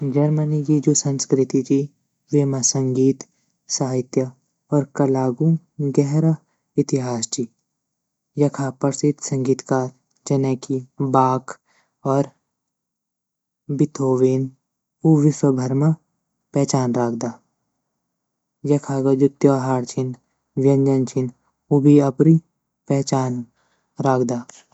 जर्मनी गी जू संस्कृति ची वेमा संगीत, साहित्य, और कला गू गहरा इतिहास ची यखा प्रसिद्ध संगीतकार जने की बाख और बीथोवेन उ विश्वभर म पहचान राखदा यक्ष ग जू त्योहार छीन, व्यंजन छीन उ भी अपरि पहचान राखदा।